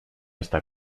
esta